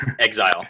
exile